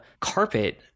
carpet